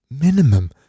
minimum